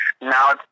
now